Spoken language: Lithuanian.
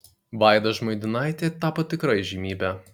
vaida žmuidinaitė tapo tikra įžymybe